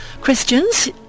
Christians